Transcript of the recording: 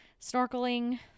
snorkeling